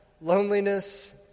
loneliness